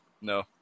No